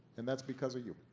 and that's because of you.